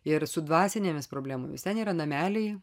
ir su dvasinėmis problemomis ten yra nameliai